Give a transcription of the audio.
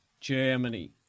Germany